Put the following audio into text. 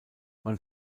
man